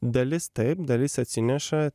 dalis taip dalis atsineša